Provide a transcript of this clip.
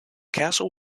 castle